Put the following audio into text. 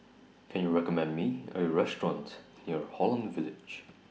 Can YOU recommend Me A Restaurant near Holland Village